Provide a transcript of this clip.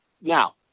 Now